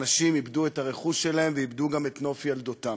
אנשים איבדו את הרכוש שלהם ואיבדו גם את נוף ילדותם.